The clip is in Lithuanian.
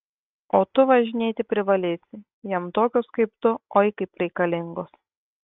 o tu važinėti privalėsi jam tokios kaip tu oi kaip reikalingos